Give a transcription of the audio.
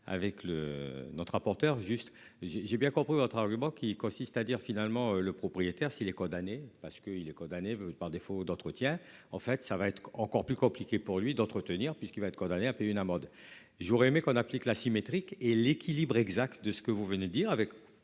le notre rapporteur juste j'ai j'ai bien compris votre argument qui consiste à dire finalement le propriétaire s'il est condamné parce qu'il est condamné, par défaut d'entretien, en fait ça va être encore plus compliqué pour lui d'entretenir puisqu'il va être condamné à payer une amende, j'aurais aimé qu'on applique la symétrique et l'équilibre exact de ce que vous venez dire avec.